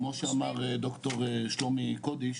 בתור קב"ט ארצי,